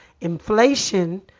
inflation